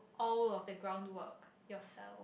all of the ground work yourself